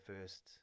first